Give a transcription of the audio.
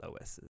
OSs